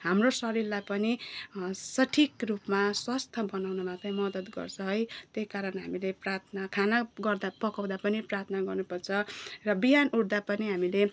हाम्रो शरीरलाई पनि सठिक रूपमा स्वास्थ्य बनाउनुमा चाहिँ मदत गर्छ है त्यही कारण हामीले प्रार्थना खाना गर्दा पकाउँदा पनि प्रार्थना गर्नुपर्छ र बिहान उठ्दा पनि हामीले